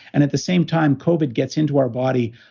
and at the same time, covid gets into our body,